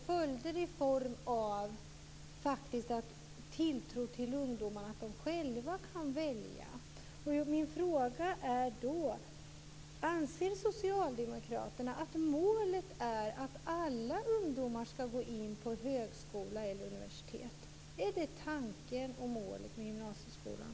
Följden blir en tilltro till att ungdomarna själva kan välja. Min fråga är om socialdemokraterna anser att målet är att alla ungdomar skall gå in på högskola eller universitet. Är det tanken och målet med gymnasieskolan?